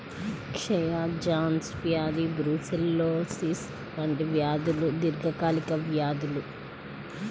క్షయ, జాన్స్ వ్యాధి బ్రూసెల్లోసిస్ వంటి వ్యాధులు దీర్ఘకాలిక వ్యాధులు